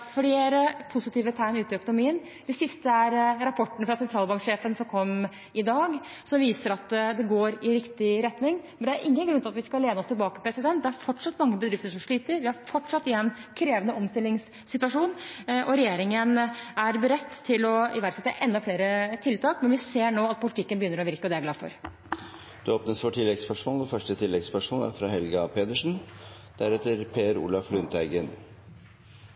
flere positive tegn ute i økonomien. Det siste er rapporten fra sentralbanksjefen, som kom i dag, som viser at det går i riktig retning. Men det er ingen grunn til at vi skal lene oss tilbake. Det er fortsatt mange bedrifter som sliter, vi er fortsatt i en krevende omstillingssituasjon, og regjeringen er beredt til å iverksette enda flere tiltak. Men vi ser nå at politikken begynner å virke, og det er jeg glad for. Det åpnes for